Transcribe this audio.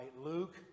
Luke